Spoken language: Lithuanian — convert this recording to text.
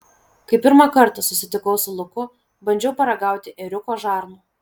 kai pirmą kartą susitikau su luku bandžiau paragauti ėriuko žarnų